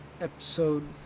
episode